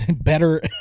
better